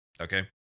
okay